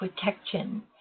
protection